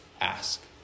Ask